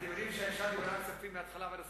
אתם יודעים שישבתי בוועדת הכספים מן ההתחלה ועד הסוף,